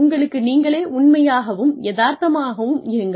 உங்களுக்கு நீங்களே உண்மையாகவும் எதார்த்தமாகவும் இருங்கள்